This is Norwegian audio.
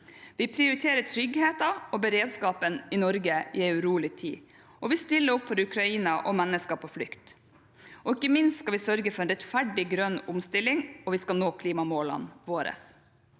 Vi prioriterer tryggheten og beredskapen i Norge i en urolig tid, og vi stiller opp for Ukraina og mennesker på flukt. Ikke minst skal vi sørge for en rettferdig grønn omstilling, og vi skal nå klimamålene våre.